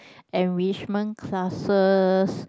enrichment classes